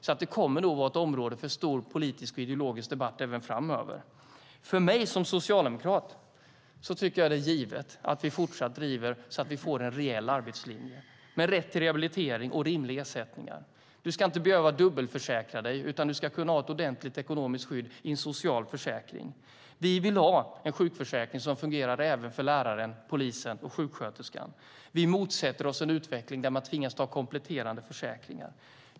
Detta kommer nog att vara ett område för stor politisk och ideologisk debatt även framöver. För mig som socialdemokrat är det givet att vi fortsatt driver frågan så att vi får en rejäl arbetslinje med rätt till rehabilitering och rimliga ersättningar. Man ska inte behöva dubbelförsäkra sig, utan man ska ha ett ordentligt ekonomiskt skydd i en social försäkring. Vi vill ha en sjukförsäkring som fungerar även för läraren, polisen och sjuksköterskan. Vi motsätter oss en utveckling där man tvingas ta kompletterande försäkringar.